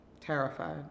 terrified